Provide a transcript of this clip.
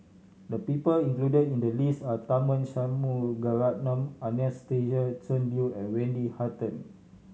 the people included in the list are Tharman Shanmugaratnam Anastasia Tjendri Liew and Wendy Hutton